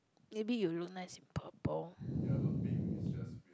maybe you look nice in purple